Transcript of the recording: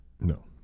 no